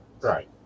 right